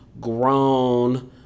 grown